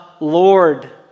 Lord